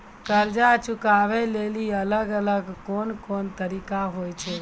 कर्जा चुकाबै लेली अलग अलग कोन कोन तरिका होय छै?